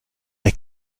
der